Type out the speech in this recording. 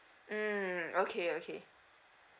mm okay okay